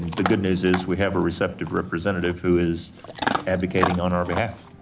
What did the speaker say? the good news is we have a receptive representative who is advocating on our behalf,